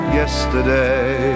yesterday